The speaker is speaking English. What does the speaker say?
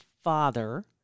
father